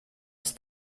ist